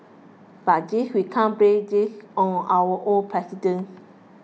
but this we can't blame this on our own president